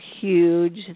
huge